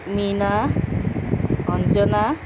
Mina Anjana